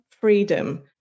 freedom